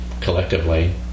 collectively